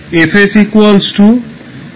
এখন হবে